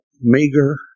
meager